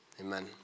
amen